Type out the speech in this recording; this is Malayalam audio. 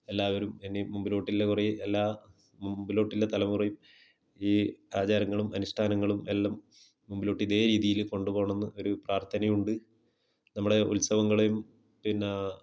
എല്ലാവരും ഇനിയും മുമ്പിലോട്ടില്ല എല്ലാ മുമ്പിലോട്ടില്ല തലമുറയും ഈ ആചാരങ്ങളും അനുഷ്ഠാനങ്ങളും എല്ലാം മുമ്പിലോട്ട് ഇതേ രീതിയിൽ കൊണ്ട് പോണംന്ന് ഒരു പ്രാർത്ഥനയുണ്ട് നമ്മുടെ ഉത്സവങ്ങളെയും പിന്നെ